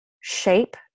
shape